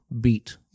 beat